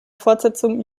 fortsetzung